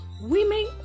women